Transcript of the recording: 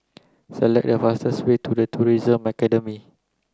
select the fastest way to The Tourism Academy